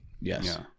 Yes